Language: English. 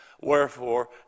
Wherefore